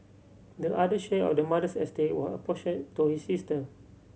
the other share of the mother's estate was apportioned to his sister